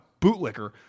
bootlicker